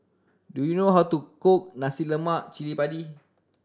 do you know how to cook nacy lemak cili padi